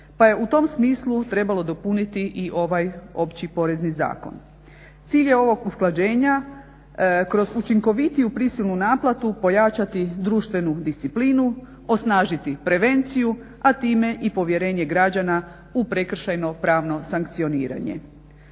pa je u tom smislu trebalo dopuniti i ovaj Opći porezni zakon. Cilj je ovog usklađenja kroz učinkovitiju prisilnu naplatu pojačati društvenu disciplinu, osnažiti prevenciju a time i povjerenje građana u prekršajno pravno sankcioniranje.